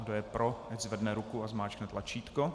Kdo je pro, ať zvedne ruku a zmáčkne tlačítko.